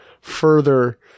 further